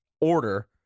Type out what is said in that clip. order